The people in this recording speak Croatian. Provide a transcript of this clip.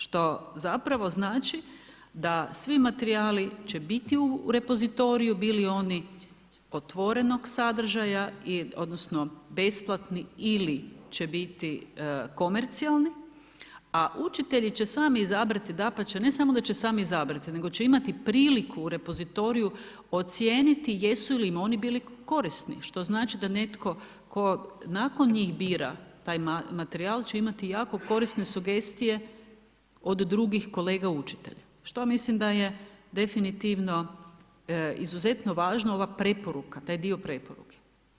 Što zapravo znači da svi materijali će biti u repozitoriju, bili oni otvorenog sadržaja odnosno besplatni ili će biti komercijalni a učitelji će sami izabrati, dapače, ne samo da će sami izabrati nego će imati priliku u repozitoriju ocijeniti jesu li im oni bili korisni što znači da netko tko nakon njih bira taj materijal će imati jako korisne sugestije od drugih kolega učitelja, što mislim da je definitivno izuzetno važno, ova preporuka, taj dio preporuke.